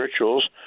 rituals